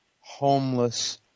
homeless